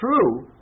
true